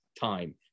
time